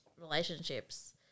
relationships